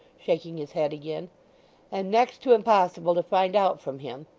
shaking his head again and next to impossible to find out from him.